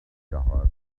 your